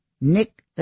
Nick